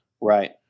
Right